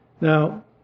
Now